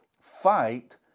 fight